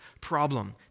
problem